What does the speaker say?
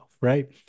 right